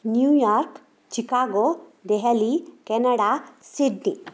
New York Chicago Delhi Canada Sydney